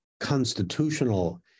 constitutional